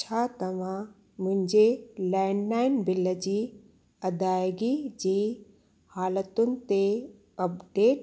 छा तव्हां मुंहिंजे लैंडलाइन बिल जी अदाइगी जी हालतुनि ते अपडेट